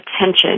attention